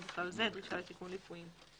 ובכלל זה דרישה לתיקון ליקויים.